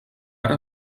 ara